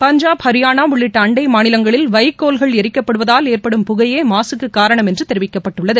பஞ்சாப் ஹரியாளா உள்ளிட்ட அன்டை மாநிலங்களில் வைக்கோல்கள் எரிக்கப்படுவதால் ஏற்படும் புகையே மாசுக்கு காரணம் என்று தெரிவிக்கப்பட்டுள்ளது